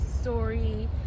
story